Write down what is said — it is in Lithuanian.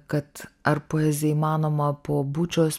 kad ar poezija įmanoma po bučos